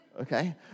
okay